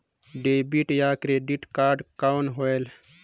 Debit या credit card कौन होएल?